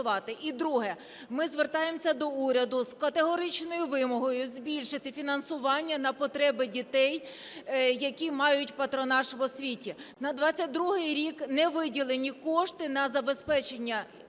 І друге. Ми звертаємося до уряду з категоричною вимогою збільшити фінансування на потреби дітей, які мають патронаж в освіті. На 2022 рік не виділені кошти на забезпечення